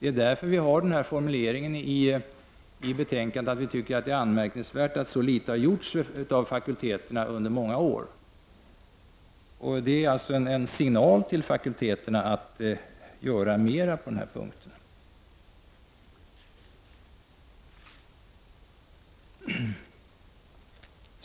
Det är därför vi har denna formulering i betänkandet, att det är anmärkningsvärt att så litet har gjorts av fakulteterna un der många år. Det är alltså en signal till fakulteterna att göra mera på den punkten.